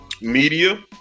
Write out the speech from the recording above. media